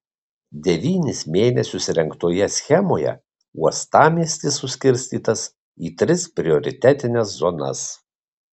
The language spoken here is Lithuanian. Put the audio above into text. devynis mėnesius rengtoje schemoje uostamiestis suskirstytas į tris prioritetines zonas